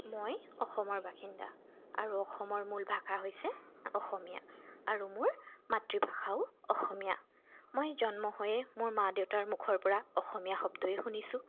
মই অসমৰ বাসিন্দা আৰু অসমৰ মূল ভাষা হৈছে অসমীয়া আৰু মোৰ মাতৃভাষাও অসমীয়া মই জন্ম হৈয়ে মোৰ মা দেউতাৰ মুখৰ পৰা অসমীয়া শব্দই শুনিছোঁ